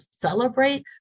celebrate